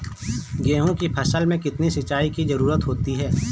गेहूँ की फसल में कितनी सिंचाई की जरूरत होती है?